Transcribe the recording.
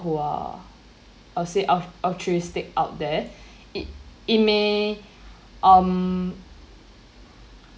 who are I'll say alt~ altruistic out there it it may um